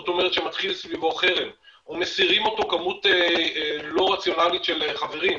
זאת אומרת שמתחיל סביבו חרם או מסירים אותו כמות לא רציונלית של חברים,